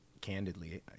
candidly